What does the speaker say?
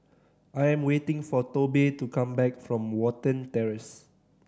I am waiting for Tobe to come back from Watten Terrace